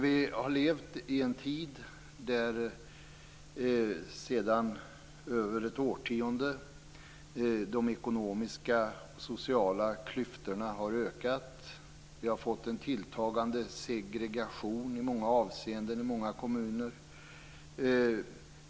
Vi lever i en tid där, sedan över ett årtionde, de ekonomiska och sociala klyftorna har ökat och där vi har fått en tilltagande segregation i flera avseenden i många kommuner.